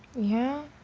yeah?